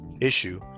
issue